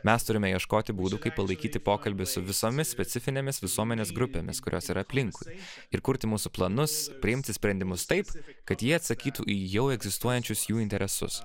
mes turime ieškoti būdų kaip palaikyti pokalbį su visomis specifinėmis visuomenės grupėmis kurios yra aplinkui ir kurti mūsų planus priimti sprendimus taip kad jie atsakytų į jau egzistuojančius jų interesus